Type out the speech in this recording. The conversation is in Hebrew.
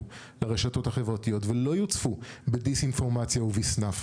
לרשתות החברתיות ולא יוצפו בדיסאינפורמציה ובסנאף.